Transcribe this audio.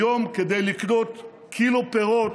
היום כדי לקנות קילו פירות,